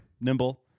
nimble